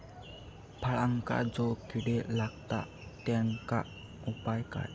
फळांका जो किडे लागतत तेनका उपाय काय?